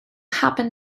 happen